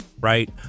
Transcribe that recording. right